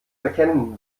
erkennen